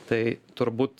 tai turbūt